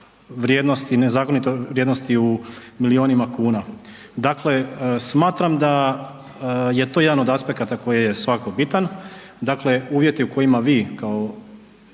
vrijednosti, nezakonito vrijednosti u milijunima kuna. Dakle smatram da je to jedan od aspekata koji je svakako bitan, dakle uvjeti u kojima vi kao